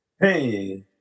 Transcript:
Hey